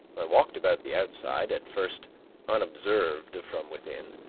i walked about the outside, at first unobserved from within,